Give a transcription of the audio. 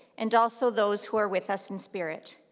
and also those who are with us in spirit.